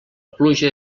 pluja